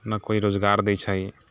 ने कोइ रोजगार दै छै